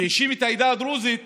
הוא האשים את העדה הדרוזית